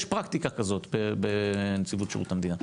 יש פרקטיקה כזאת בנציבות שירות המדינה,